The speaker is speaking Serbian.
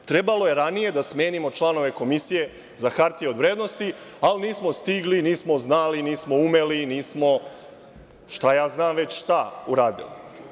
Trebalo je ranije da smenimo članove Komisije za hartije od vrednosti, ali nismo stigli, nismo znali, nismo umeli, nismo šta ja znam već šta uradili.